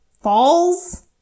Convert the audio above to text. falls